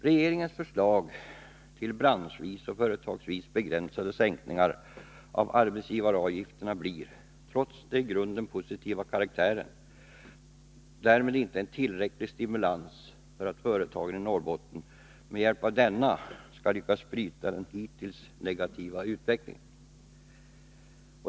Regeringens förslag till branschvis och företagsvis begränsade sänkningar av arbetsgivaravgifterna blir, trots dess i grunden positiva karaktär, därmed inte en tillräcklig stimulans för att företagen i Norrbotten med hjälp av denna skall lyckas bryta den hittills negativa utvecklingen.